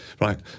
Right